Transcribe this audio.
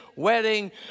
wedding